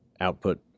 output